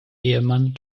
ehemann